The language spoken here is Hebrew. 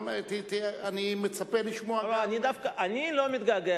אני לא מתגעגע,